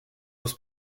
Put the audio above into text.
los